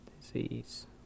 Disease